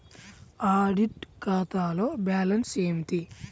Audit ఖాతాలో balance ఏమిటీ?